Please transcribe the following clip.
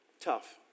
tough